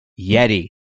Yeti